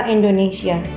Indonesia